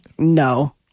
No